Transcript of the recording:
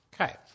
Okay